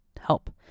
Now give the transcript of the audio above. help